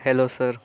hello sir